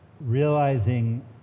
realizing